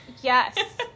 Yes